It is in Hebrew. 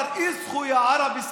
הוא אמר (אומר בערבית: